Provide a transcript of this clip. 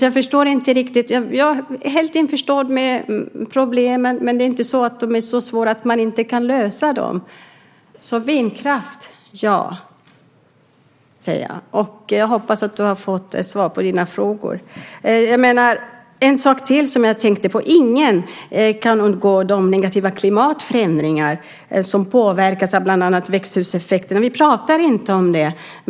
Jag är helt införstådd med problemen, men de är inte så svåra att man inte kan lösa dem. Jag säger därför ja till vindkraft. Jag hoppas att du har fått svar på dina frågor. Ingen kan undgå de negativa klimatförändringarna som påverkas bland annat av växthuseffekten. Vi talar inte om det.